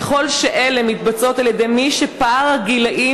ככל שאלה מתבצעים על-ידי מי שפער הגילים